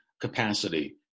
capacity